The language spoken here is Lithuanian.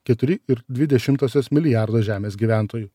keturi ir dvi dešimtosios milijardo žemės gyventojų